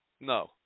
No